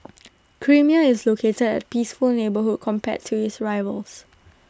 creamier is located at A peaceful neighbourhood compared to its rivals